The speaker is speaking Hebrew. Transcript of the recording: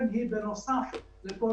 יינתן על ידי זה שגופים חוץ בנקאיים ייכנסו.